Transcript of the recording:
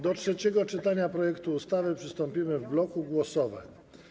Do trzeciego czytania projektu ustawy przystąpimy w bloku głosowań.